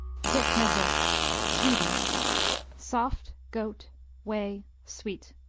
getmesost sweden soft goat whey sweet.